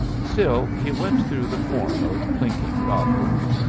still he went through the form of clinking goblets.